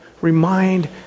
remind